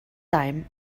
time